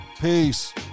peace